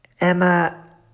Emma